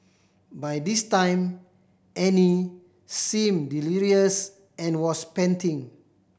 by this time Annie seemed delirious and was panting